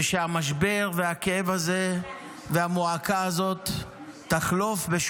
ושהמשבר והכאב הזה והמועקה הזאת יחלפו,